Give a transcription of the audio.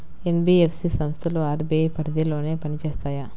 NBFC సంస్థలు RBI పరిధిలోనే పని చేస్తాయా?